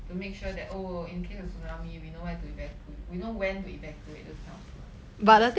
to make sure that oh in case of tsunami we know where to evacuate we know when to evacuate those kind of stuff no